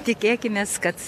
tikėkimės kad